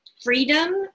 freedom